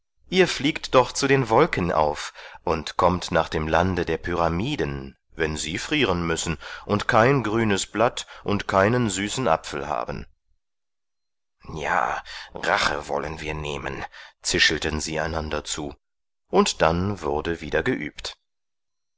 ihr fliegt doch zu den wolken auf und kommt nach dem lande der pyramiden wenn sie frieren müssen und kein grünes blatt und keinen süßen apfel haben ja rache wollen wir nehmen zischelten sie einander zu und dann wurde wieder geübt